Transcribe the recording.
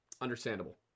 understandable